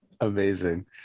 Amazing